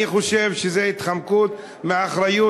אני חושב שזו התחמקות מאחריות,